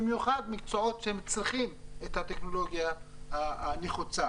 במיוחד מקצועות שצריכים את הטכנולוגיה הזאת.